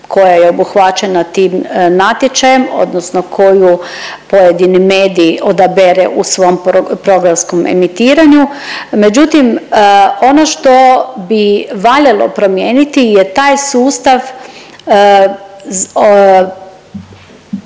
koja je obuhvaćena tim natječajem odnosno koju pojedini medij odabere u svom programskom emitiranju. Međutim, ono što bi valjalo promijeniti je taj sustav